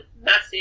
massive